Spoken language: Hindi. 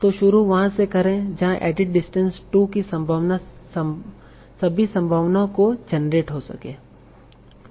तो शुरू वहा से करे जहा एडिट डिस्टेंस 2 की सभी संभावनाएं को जेनरेट हो सके